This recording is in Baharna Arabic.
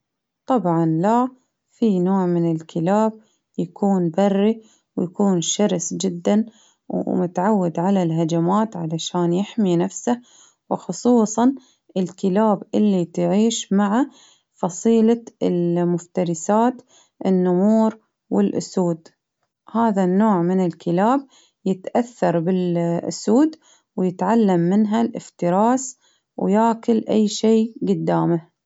طبعا لا في نوع من الكلاب يكون بري، ويكون شرس جدا، ومتعود على الهجمات علشان يحمي نفسه، وخصوصا الكلاب اللي تعيش مع فصيلة المفترسات، النمور والأسود ،هذا النوع من الكلاب يتأثر بالأسود، ويتعلم منها الإفتراس ويأكل أي شيء قدامه.